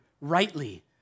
rightly